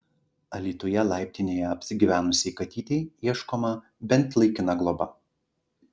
alytuje laiptinėje apsigyvenusiai katytei ieškoma bent laikina globa